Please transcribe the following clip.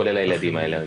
כולל הילדים האלרגיים.